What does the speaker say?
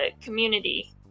community